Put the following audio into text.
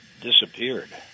disappeared